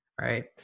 Right